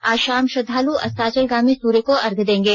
आज शाम श्रद्धाल् अस्ताचलगामी सुर्य को अर्घ्य देंगे